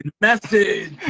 message